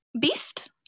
beast